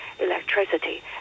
electricity